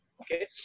Okay